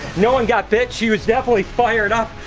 no one got bit, she was definitely fired up.